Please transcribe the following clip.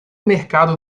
mercado